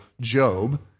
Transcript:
Job